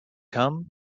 come